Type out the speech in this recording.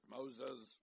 Moses